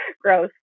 gross